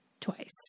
Twice